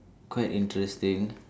quite interesting